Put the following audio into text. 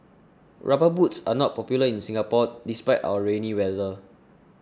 rubber boots are not popular in Singapore despite our rainy weather